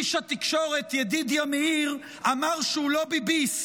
איש התקשורת ידידיה מאיר אמר שהוא לא ביביסט,